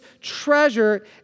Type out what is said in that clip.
treasure